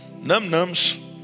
num-nums